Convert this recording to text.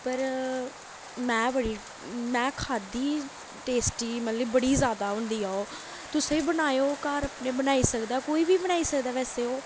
पर में बड़ी में खाद्धी टेस्टी मतलब कि बड़ी जैदा होंदी ऐ ओह् तुसें बी बनाएओ घर अपने बनाई सकदा कोई बी बनाई सकदा वैसे ओह्